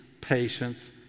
patience